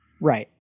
Right